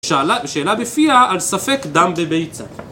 שאלה, שאלה בפיעה על ספק דם בביצה